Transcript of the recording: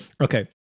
Okay